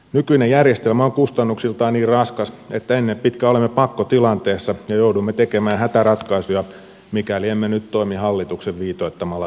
nykyinen järjestelmä on kustannuksiltaan niin raskas että ennen pitkää olemme pakkotilanteessa ja joudumme tekemään hätäratkaisuja mikäli emme nyt toimi hallituksen viitoittamalla tavalla